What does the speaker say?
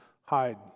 hide